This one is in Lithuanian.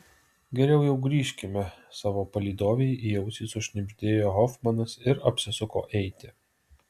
geriau jau grįžkime savo palydovei į ausį sušnibždėjo hofmanas ir apsisuko eiti